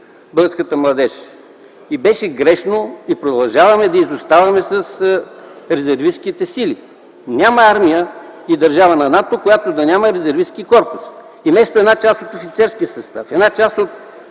българската младеж. Беше грешно и продължаваме да изоставаме с резервистките сили. Няма армия и държава на НАТО, която да няма резервистки корпус. Вместо една част от офицерския състав, една част от